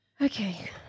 Okay